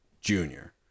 Junior